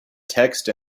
text